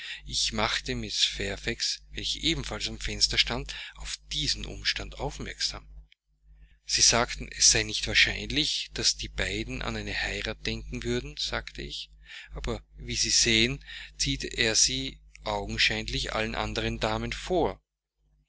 ich machte mrs fairfax welche ebenfalls am fenster stand auf diesen umstand aufmerksam sie sagten es sei nicht wahrscheinlich daß diese beiden an eine heirat denken würden sagte ich aber wie sie sehen zieht er sie augenscheinlich allen anderen damen vor